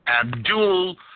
Abdul